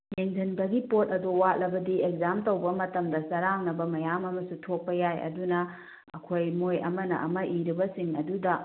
ꯌꯦꯡꯁꯤꯟꯕꯒꯤ ꯄꯣꯠ ꯑꯗꯣ ꯋꯥꯠꯂꯕꯗꯤ ꯑꯦꯛꯖꯥꯝ ꯇꯧꯕ ꯃꯇꯝꯗ ꯆꯔꯥꯡꯅꯕ ꯃꯌꯥꯝ ꯑꯃꯁꯨ ꯊꯣꯛꯄ ꯌꯥꯏ ꯑꯗꯨꯅ ꯑꯩꯈꯣꯏ ꯃꯣꯏ ꯑꯃꯅ ꯑꯃ ꯏꯔꯤꯕꯁꯤꯡ ꯑꯗꯨꯗ